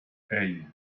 hey